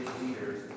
leaders